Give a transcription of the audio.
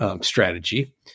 strategy